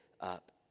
up